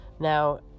Now